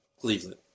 Cleveland